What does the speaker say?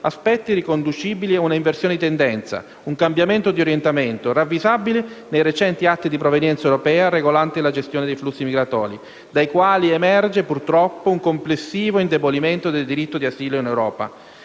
aspetti riconducibili a un'inversione di tendenza, un cambiamento di orientamento, ravvisabile nei recenti atti di provenienza europea regolanti la gestione dei flussi migratori, dai quali emerge un complessivo indebolimento del diritto di asilo in Europa.